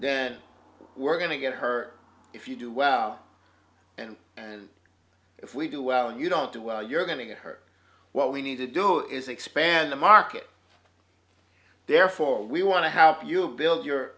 then we're going to get hurt if you do well and and if we do well and you don't do well you're going to get hurt what we need to do is expand the market therefore we want to help you build your